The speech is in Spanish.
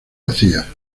vacía